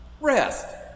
Rest